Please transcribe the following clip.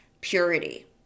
purity